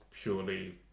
purely